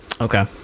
Okay